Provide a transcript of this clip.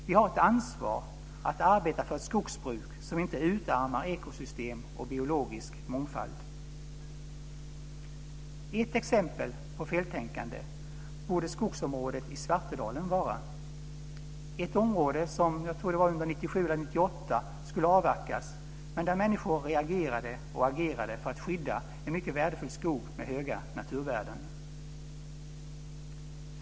Vi har ett ansvar att arbeta för ett skogsbruk som inte utarmar ekosystem och biologisk mångfald. Ett exempel på feltänkande borde skogsområdet i Svartedalen vara. Det är ett område som under 1997 eller 1998 skulle avverkas, men där människor reagerade och agerade för att skydda en mycket värdefull skog med höga naturvärden.